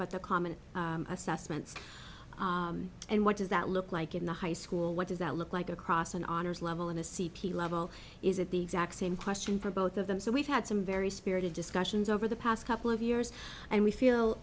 but the common assessments and what does that look like in the high school what does that look like across an honors level in a c p level is it the same question for both of them so we've had some very spirited discussions over the past couple of years and we feel